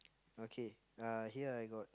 okay uh here I got